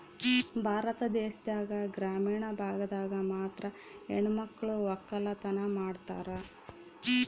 ಭಾರತ ದೇಶದಾಗ ಗ್ರಾಮೀಣ ಭಾಗದಾಗ ಮಾತ್ರ ಹೆಣಮಕ್ಳು ವಕ್ಕಲತನ ಮಾಡ್ತಾರ